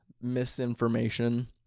misinformation